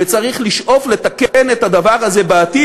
וצריך לשאוף לתקן את הדבר הזה בעתיד.